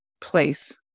place